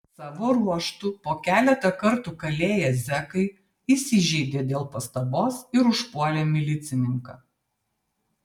savo ruožtu po keletą kartų kalėję zekai įsižeidė dėl pastabos ir užpuolė milicininką